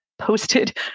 posted